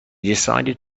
decided